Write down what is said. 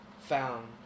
found